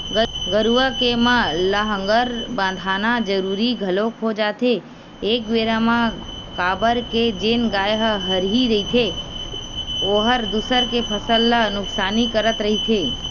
गरुवा के म लांहगर बंधाना जरुरी घलोक हो जाथे एक बेरा म काबर के जेन गाय ह हरही रहिथे ओहर दूसर के फसल ल नुकसानी करत रहिथे